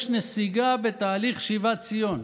יש נסיגה בתהליך שיבת ציון.